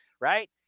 right